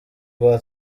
rwa